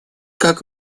как